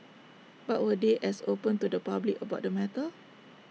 but were they as open to the public about the matter